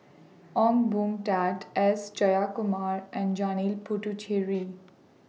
Ong Boon Tat S Jayakumar and Janil Puthucheary